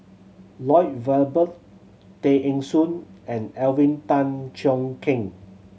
Lloyd Valberg Tay Eng Soon and Alvin Tan Cheong Kheng